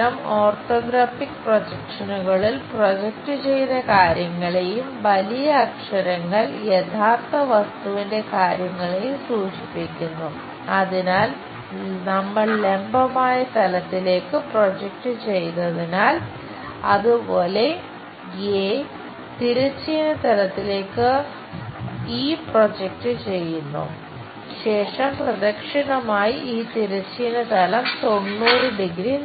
ചെറിയക്ഷരം orthographic പ്രൊജക്ഷനുകളിൽ